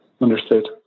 Understood